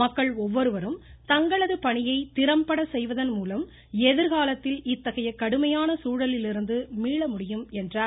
மக்கள் ஒவ்வொருவரும் தங்களது பணியை திறம்பட செய்வதன் மூலம் எதிர்காலத்தில் இத்தகைய கடுமையான சூழலிலிருந்து மீள முடியும் என்றார்